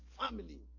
family